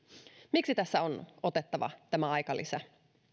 miksi tässä on otettava tämä aikalisä